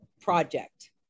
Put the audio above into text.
Project